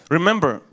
Remember